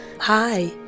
hi